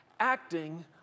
acting